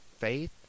faith